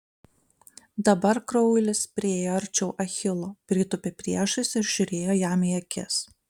dabar kraulis priėjo arčiau achilo pritūpė priešais ir žiūrėjo jam į akis